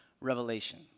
revelation